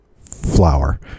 flower